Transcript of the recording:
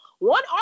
One